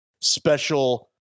special